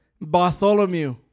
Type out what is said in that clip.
Bartholomew